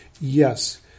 yes